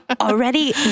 already